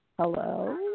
Hello